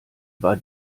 war